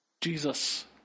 jesus